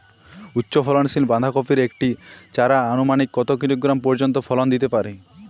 উচ্চ ফলনশীল বাঁধাকপির একটি চারা আনুমানিক কত কিলোগ্রাম পর্যন্ত ফলন দিতে পারে?